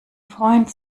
freund